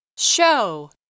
Show